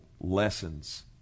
lessons